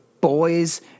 boys